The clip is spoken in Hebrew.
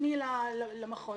תפני למחוז,